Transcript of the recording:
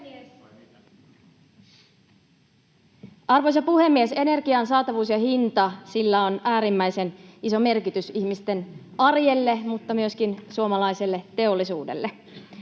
Arvoisa puhemies! Energian saatavuudella ja hinnalla on äärimmäisen iso merkitys ihmisten arjelle mutta myöskin suomalaiselle teollisuudelle.